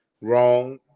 wrong